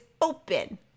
open